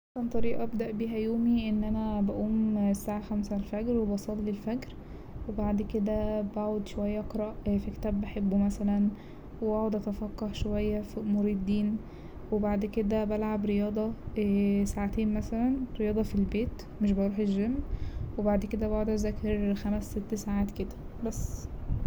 طريقة ابدأ بيها يومي إن أنا بقوم الساعة خمسة الفجر وبصلي الفجر وبعد كده بقعد شوية اقرأ في كتاب بحبه مثلا وأقعد اتفقه شوية في أمور الدين وبعد كده بلعب رياضة ساعتين مثلا رياضة في البيت مش بروح الجيم وبعد كده بقعد أذاكر خمس ست ساعات كده بس.